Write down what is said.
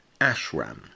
ashram